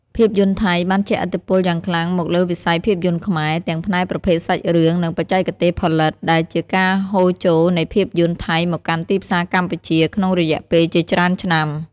ភាពយន្តថៃបានជះឥទ្ធិពលយ៉ាងខ្លាំងមកលើវិស័យភាពយន្តខ្មែរ ទាំងផ្នែកប្រភេទសាច់រឿង និងបច្ចេកទេសផលិត ដែលជាការហូរចូលនៃភាពយន្តថៃមកកាន់ទីផ្សារកម្ពុជាក្នុងរយៈពេលជាច្រើនឆ្នាំ។